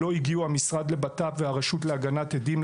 לא הגיעו המשרד לבט״פ והרשות להגנת עדים,